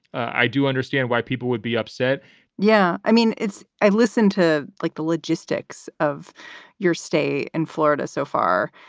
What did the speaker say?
i do understand why people would be upset yeah, i mean, it's i listened to, like, the logistics of your stay in florida so far,